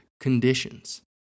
conditions